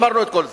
אמרנו את כל זה.